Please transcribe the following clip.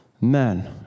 man